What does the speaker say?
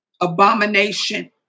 abomination